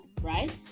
right